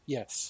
Yes